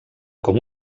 com